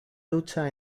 lucha